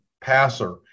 passer